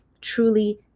truly